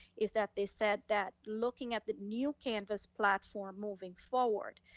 is that they said that looking at the new canvas platform moving forward,